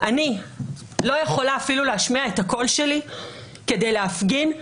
לא יכולה אפילו להשמיע את הקול שלי כדי להפגין,